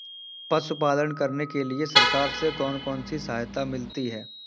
पशु पालन करने के लिए सरकार से कौन कौन सी सहायता मिलती है